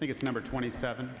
i think it's number twenty seven